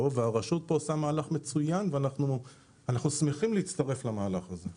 והרשות פה עושה מהלך מצוין ואנחנו שמחים להצטרף למהלך הזה.